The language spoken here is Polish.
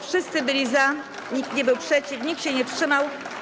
Wszyscy byli za, nikt nie był przeciw, nikt się nie wstrzymał.